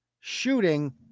Shooting